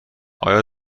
آیا